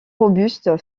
robuste